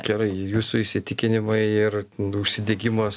gerai jūsų įsitikinimai ir užsidegimas